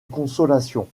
consolation